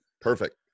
Perfect